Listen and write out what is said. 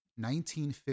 1950